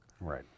Right